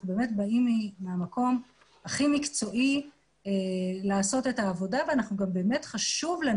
אנחנו באמת באים מהמקום הכי מקצועי לעשות את העבודה ובאמת חשוב לנו